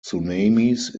tsunamis